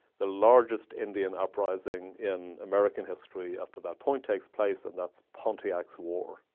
the largest indian uprising in american history up to that point takes place, and that's pontiac's war.